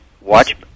Watch